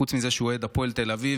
חוץ מזה שהוא אוהד הפועל תל אביב,